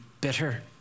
bitter